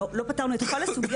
לא פתרנו את כל הסוגיות,